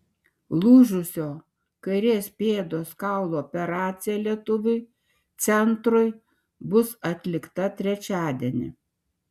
lūžusio kairės pėdos kaulo operacija lietuviui centrui bus atlikta trečiadienį